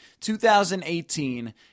2018